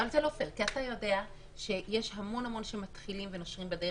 גם אתה יודע שיש המון שמתחילים ונושרים בדרך.